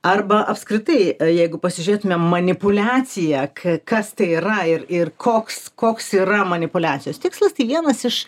arba apskritai jeigu pasižiūrėtumėm manipuliaciją ka kas tai yra ir ir koks koks yra manipuliacijos tikslas tai vienas iš